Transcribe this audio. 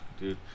dude